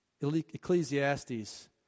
Ecclesiastes